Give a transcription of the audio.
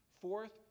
fourth